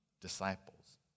disciples